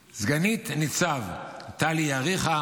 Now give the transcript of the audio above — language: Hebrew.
סגנית ניצב טלי אריכא,